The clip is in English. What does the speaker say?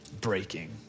breaking